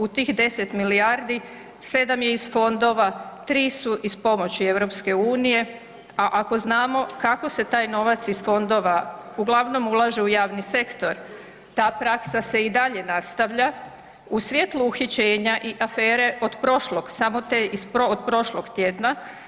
U tih 10 milijardi, 7 je iz fondova, 3 su iz pomoći EU, a ako znamo kako se taj novac iz fondova uglavnom ulaže u javni sektor, ta praksa se i dalje nastavlja u svjetlu uhićenja i afere od prošlog, samo te iz od prošlog tjedna.